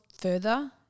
further